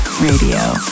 Radio